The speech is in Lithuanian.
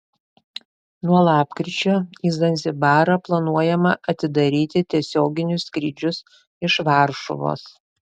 nuo lapkričio į zanzibarą planuojama atidaryti tiesioginius skrydžius iš varšuvos